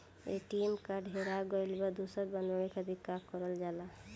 ATM card हेरा गइल पर दोसर बनवावे खातिर का करल जाला?